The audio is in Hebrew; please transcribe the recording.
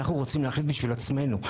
אנחנו רוצים להחליט בשביל עצמנו.